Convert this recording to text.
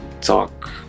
talk